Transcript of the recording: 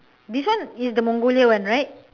this one is the mongolia one right